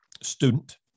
student